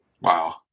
Wow